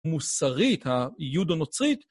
מוסרית, היהודונוצרית.